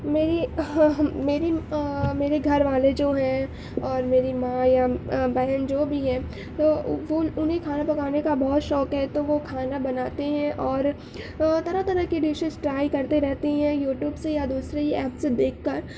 میری میری میرے گھر والے جو ہیں اور میری ماں یا بہن جو بھی ہے وہ وہ انہیں کھانا پکانے کا بہت شوق ہے تو وہ کھانا بناتے ہیں اور طرح طرح کے ڈشز ٹرائی کرتے رہتے ہیں یوٹیوب سے یا دوسرے ہی ایپ سے دیکھ کر